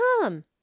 come